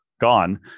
gone